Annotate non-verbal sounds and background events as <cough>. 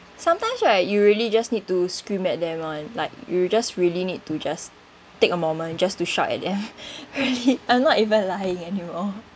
sometimes right you really just need to scream at them [one] like you just really need to just take a moment just to shout at them <breath> really I'm not even lying anymore